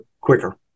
quicker